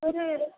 ഒരു കിലോ